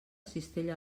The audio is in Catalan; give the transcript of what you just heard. cistella